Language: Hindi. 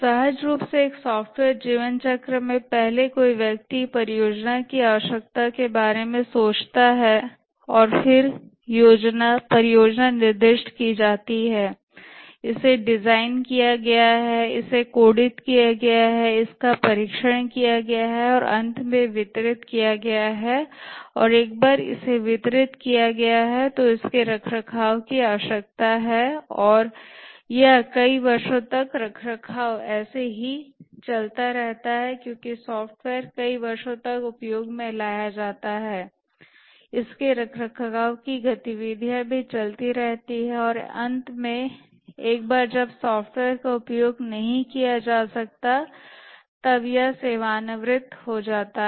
सहज रूप से एक सॉफ्टवेयर जीवन चक्र में पहले कोई व्यक्ति परियोजना की आवश्यकता के बारे में सोचता है और फिर परियोजना निर्दिष्ट की जाती है इसे डिज़ाइन किया गया है इसे कोडित किया गया है इसका परीक्षण किया गया है अंत में वितरित किया गया है और एक बार इसे वितरित किया गया है तो इसके रखरखाव की आवश्यकता है और यह कई वर्षों तक रखरखाव ऐसे ही चलता रहता है क्योंकि सॉफ्टवेयर कई वर्षों तक उपयोग में लाया जाता है इसके रखरखाव की गतिविधियां भी चलती रहती है और अंत में एक बार जब सॉफ्टवेयर का उपयोग नहीं किया जा सकता है तब यह सेवानिवृत्त हो जाता है